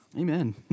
Amen